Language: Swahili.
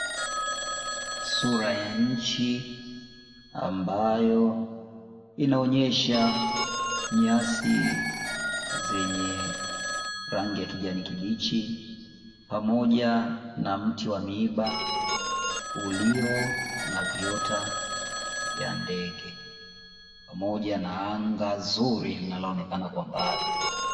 Sura ya nchi ambayo inaonyesha nyasi zenye rangi ya kijani kibichi, pamoja na mti wa miba ulio na viota vya ndege pamoja na anga zuri linaloonekana kwa mbali.